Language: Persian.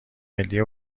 ملی